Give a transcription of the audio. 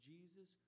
Jesus